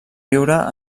viure